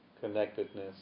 connectedness